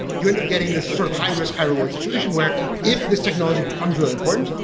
you end up getting this sort of high-risk, high reward situation, where if this technology becomes really important,